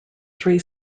three